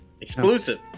exclusive